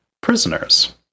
Prisoners